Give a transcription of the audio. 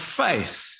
faith